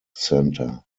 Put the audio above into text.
center